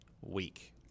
week